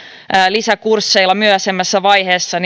lisäkursseilla myöhäisemmässä vaiheessa